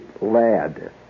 lad